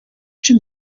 чим